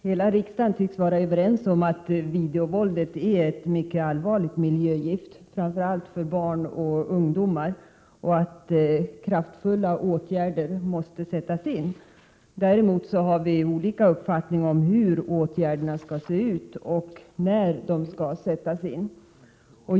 Herr talman! Hela riksdagen tycks vara överens om att videovåldet är ett mycket allvarligt miljögift, framför allt för barn och ungdomar, och att kraftfulla åtgärder måste vidtas. Däremot har vi olika uppfattningar om hur åtgärderna skall se ut och när de skall sättas in.